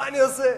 מה אני עושה?